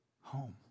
home